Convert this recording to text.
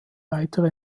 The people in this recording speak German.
weitere